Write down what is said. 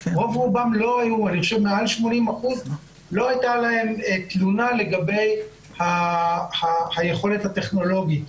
ומעל 80% לא הייתה להם תלונה לגבי היכולת הטכנולוגית,